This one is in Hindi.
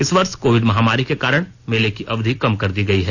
इस वर्ष कोविड महामारी के कारण मेले की अवधि कम कर दी गई है